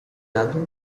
album